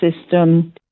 system